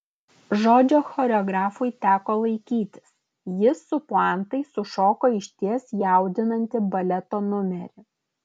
žodžio choreografui teko laikytis jis su puantais sušoko išties jaudinantį baleto numerį